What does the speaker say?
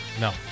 no